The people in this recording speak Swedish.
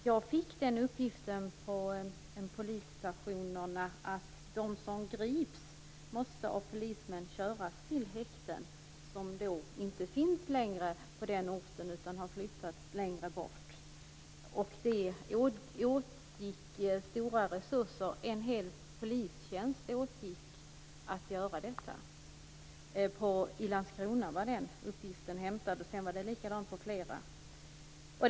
Herr talman! Jag fick uppgiften från en polisstation om att de som grips måste köras till häkten - som inte längre finns på orten utan har flyttats längre bort - av polismän. Det gick åt stora resurser - en hel polistjänst - för detta. Denna uppgift var hämtad i Landskrona, och det var likadant på flera håll.